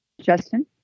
Justin